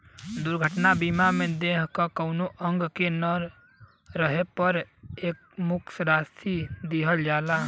दुर्घटना बीमा में देह क कउनो अंग के न रहे पर एकमुश्त राशि दिहल जाला